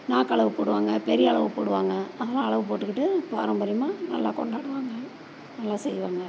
நாக்குலகு போடுவாங்க பெரியலகு போடுவாங்க அதெல்லாம் அலகு போட்டுக்கிட்டு பாரம்பரியமாக நல்லா கொண்டாடுவாங்க நல்லா செய்வாங்க